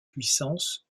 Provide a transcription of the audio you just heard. puissance